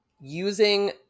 Using